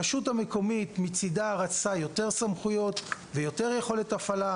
הרשות המקומית רצתה יותר סמכויות ויותר יכולת הפעלה,